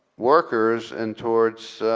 workers and towards